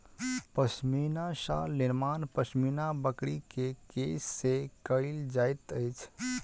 पश्मीना शाल निर्माण पश्मीना बकरी के केश से कयल जाइत अछि